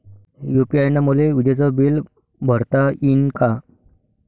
UPI न मले विजेचं बिल भरता यीन का?